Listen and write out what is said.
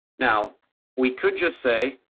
now we could just say,